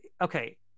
okay